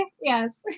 Yes